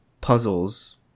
puzzles